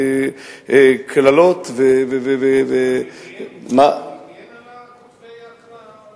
קללות, אז אתה מגן על כותבי הנאצה?